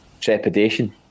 trepidation